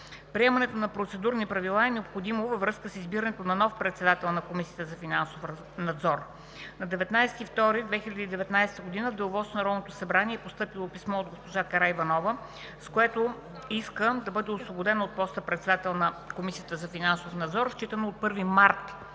Приемането на процедурни правила е необходимо във връзка с избирането на нов председател на Комисията за финансов надзор. На 19 февруари 2019 г. в деловодството на Народното събрание е постъпило писмо от госпожа Карина Караиванова, с което иска да бъде освободена от поста председател на Комисията за финансов надзор, считано от 1 март